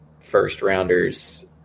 first-rounders